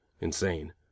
insane